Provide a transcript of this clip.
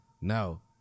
No